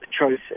choices